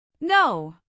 No